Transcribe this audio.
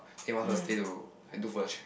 they want her to stay to and do further check